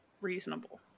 reasonable